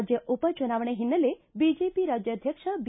ರಾಜ್ಯ ಉಪಚುನಾವಣೆ ಹಿನ್ನೆಲೆ ಬಿಜೆಪಿ ರಾಜ್ಯಾಧ್ಯಕ್ಷ ಬಿ